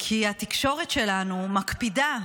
כי התקשורת שלנו מקפידה,